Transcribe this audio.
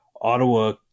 Ottawa